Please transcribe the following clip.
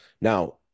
now